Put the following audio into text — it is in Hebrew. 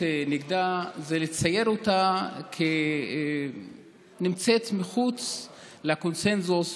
נגדה זה לצייר אותה כנמצאת מחוץ לקונסנזוס,